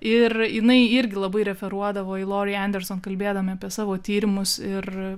ir jinai irgi labai referuodavo į lori anderson kalbėdama apie savo tyrimus ir